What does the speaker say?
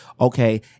okay